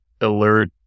alert